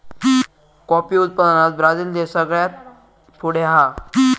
coffee उत्पादनात Brazil देश सगळ्यात पुढे हा